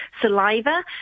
saliva